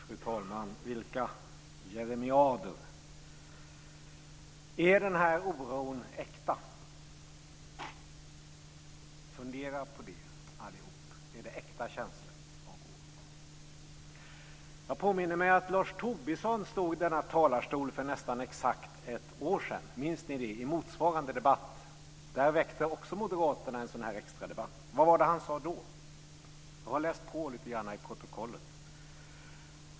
Fru talman! Oj, oj, oj, vilka jeremiader! Är den här oron äkta? Fundera på det, allihop. Är det äkta känslor av oro? Jag påminner mig att Lars Tobisson stod i denna talarstol för nästan exakt ett år sedan i motsvarande debatt. Minns ni det? Där väckte också moderaterna en sådan här extradebatt. Vad var det han sade då? Jag har läst på lite grann i protokollet.